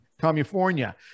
California